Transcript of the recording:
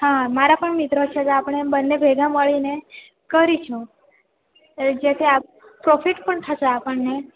હાં મારા પણ મિત્રો છે તો આપણે બંને ભેગા મળીને કરીશું એ જેથી પ્રોફિટ પણ થશે આપણને